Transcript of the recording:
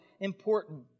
important